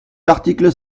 l’article